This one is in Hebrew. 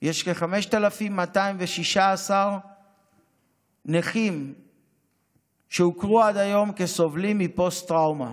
יש כ-5,216 נכים שהוכרו עד היום כסובלים מפוסט-טראומה,